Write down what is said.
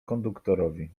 konduktorowi